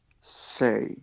say